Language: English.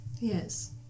yes